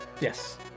Yes